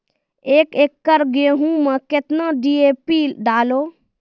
एक एकरऽ गेहूँ मैं कितना डी.ए.पी डालो?